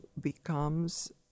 becomes